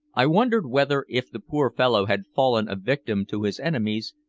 i wondered whether, if the poor fellow had fallen a victim to his enemies,